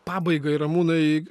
pabaigai ramūnai